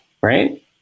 right